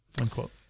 unquote